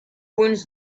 winds